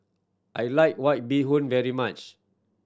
I like White Bee Hoon very much